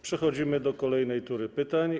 Przechodzimy do kolejnej tury pytań.